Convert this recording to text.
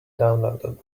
downloaded